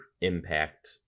impact